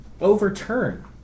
overturn